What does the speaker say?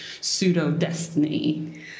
pseudo-destiny